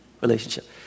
relationship